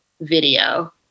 video